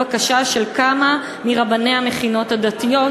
שבמקרה הזה התפיסה שלי ושל המפלגה שלך בתחום הכלכלי די דומה,